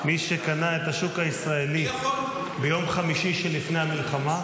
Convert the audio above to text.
מי שקנה את השוק הישראלי ביום חמישי שלפני המלחמה,